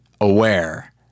Aware